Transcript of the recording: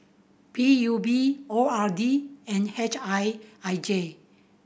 P U B O R D and H I I J